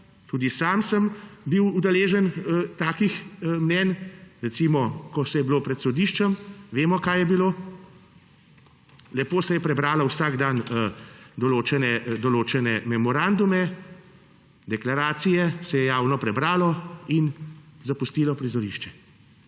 Tudi sam sem bil deležen takih mnenj, recimo pred sodiščem, vemo, kaj je bilo, lepo se je prebralo vsak dan določene memorandume, deklaracije se je javno prebralo in zapustilo prizorišče.